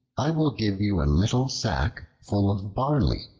i will give you a little sack full of barley.